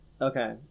okay